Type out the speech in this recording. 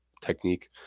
technique